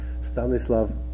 Stanislav